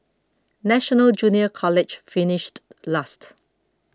National Junior College finished last